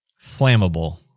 flammable